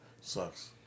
sucks